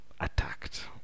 attacked